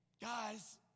Guys